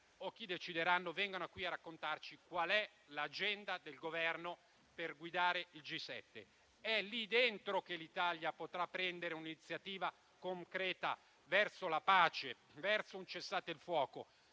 o chi decideranno) vengano a raccontarci qual è l'agenda del Governo per guidare il G7. È in quel consesso che l'Italia potrà prendere un'iniziativa concreta verso la pace, verso un cessate il fuoco